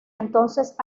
entonces